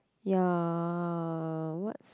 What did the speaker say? ya what's